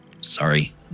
sorry